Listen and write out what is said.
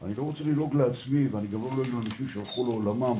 אני לא רוצה ללעוג לעצמי ואני לא לועג לאנשים שהלכו לעולמם,